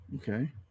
Okay